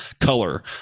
color